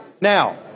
Now